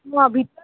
अँ